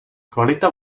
kvalita